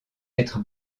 être